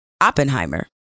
Oppenheimer